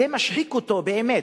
זה שוחק אותו, באמת.